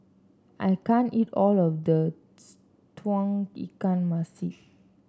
I can't eat all of this Tauge Ikan Masin